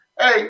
Hey